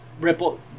ripple